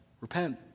repent